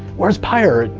where's pyre?